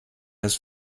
his